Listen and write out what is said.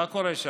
מה קורה שם?